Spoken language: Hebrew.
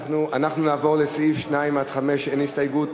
אנחנו נעבור לסעיפים 2 5. אין הסתייגות.